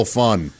fun